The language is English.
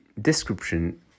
description